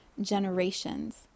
generations